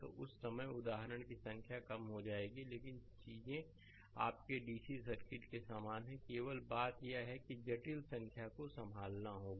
तो उस समय उदाहरण की संख्या कम हो जाएगी लेकिन चीजें आपके डीसी सर्किट के समान हैं केवल बात यह है कि जटिल संख्या को संभालना होगा